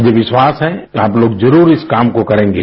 मुझे विश्वास है कि आप लोग जरूर इस काम को करेंगे